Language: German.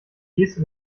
geste